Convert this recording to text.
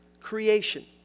creation